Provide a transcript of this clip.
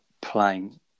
playing